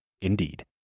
Indeed